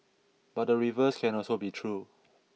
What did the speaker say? but the reverse can also be true